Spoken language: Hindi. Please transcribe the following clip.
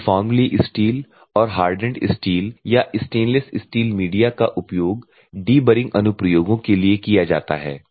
यूनिफॉर्मली स्टील और हार्डन्ड स्टील या स्टेनलेस स्टील मीडिया का उपयोग डिबरिंग अनुप्रयोगों के लिए किया जाता है